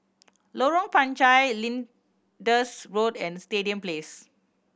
Lorong Panchar Lyndhurst Road and Stadium Place